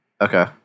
Okay